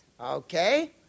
Okay